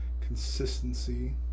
consistency